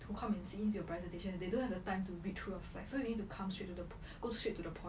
to come and see you presentation they don't have the time to read through of slides so you need to come straight to the go straight to the point